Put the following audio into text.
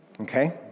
okay